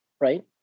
Right